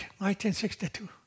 1962